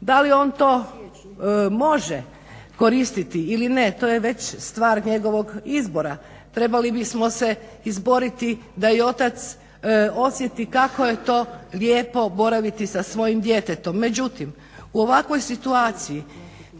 Da li on to može koristiti ili ne to je već stvar njegovog izbora. Trebali bismo se izboriti da i otac osjeti kako je to lijepo boraviti sa svojim djetetom. Međutim, u ovakvoj situaciji